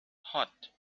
hot